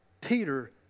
Peter